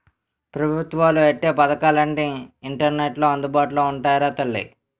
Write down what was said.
పెబుత్వాలు ఎట్టే పదకాలన్నీ ఇంటర్నెట్లో అందుబాటులో ఉంటాయిరా తల్లీ